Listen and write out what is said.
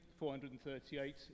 438